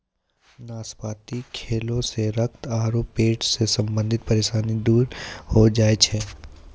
नाशपाती खैला सॅ रक्त आरो पेट सॅ संबंधित परेशानी दूर होय जाय छै